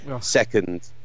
second